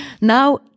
now